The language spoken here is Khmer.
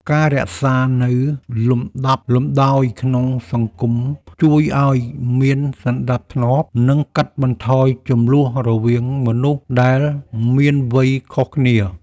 ការរក្សានូវលំដាប់លំដោយក្នុងសង្គមជួយឱ្យមានសណ្តាប់ធ្នាប់ និងកាត់បន្ថយជម្លោះរវាងមនុស្សដែលមានវ័យខុសគ្នា។